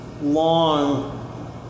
long